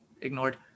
ignored